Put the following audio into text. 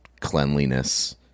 cleanliness